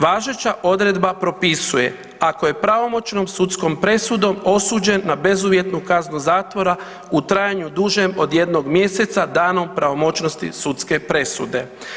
Važeća odredba propisuje ako je pravomoćnom sudskom presudom osuđen na bezuvjetnu kaznu zatvora u trajanju dužem od jednog mjeseca danom pravomoćnosti sudske presude.